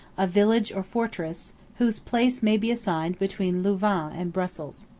a village or fortress, whose place may be assigned between louvain and brussels.